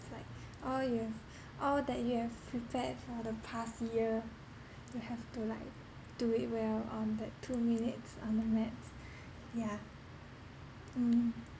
it's like all you've all that you have prepared for the past year you have to like do it well on that two minutes on the mats yeah mm